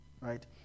Right